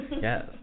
Yes